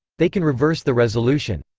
they can reverse the resolution.